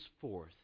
forth